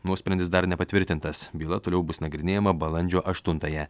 nuosprendis dar nepatvirtintas byla toliau bus nagrinėjama balandžio aštuntąją